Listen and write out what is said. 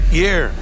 year